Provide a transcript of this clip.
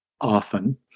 often